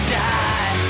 die